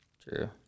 True